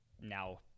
now